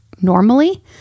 normally